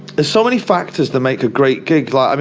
there's so many factors that make a great gig, like, i mean,